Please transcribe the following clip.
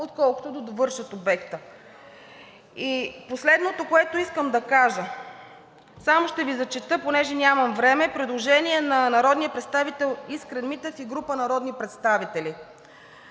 отколкото да довършат обект. И последното, което искам да кажа. Само ще Ви зачета, понеже нямам време, предложение на народния представител Искрен Митев и група народни представители.